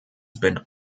been